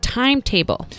timetable